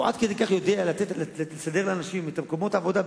הוא עד כדי כך יודע לסדר לאנשים את מקומות העבודה,